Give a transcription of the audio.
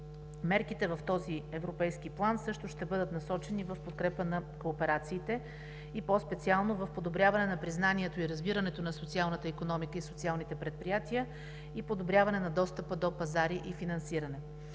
Мерките в този Европейски план също ще бъдат насочени в подкрепа на кооперациите и по специално в подобряване на признанието и разбирането на социалната икономика и социалните предприятия и подобряване на достъпа до пазари и финансиране.